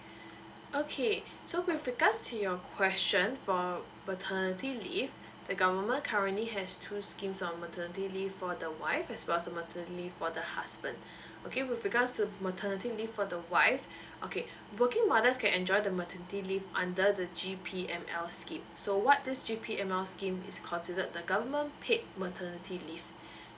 okay so with regards to your question for maternity leave the government currently has two schemes on maternity leave for the wife as well as the maternity leave for the husband okay with regards to maternity leave for the wife okay working mothers can enjoy the maternity leave under the G_P_M_L scheme so what this G_P_M_L scheme is considered the government paid maternity leave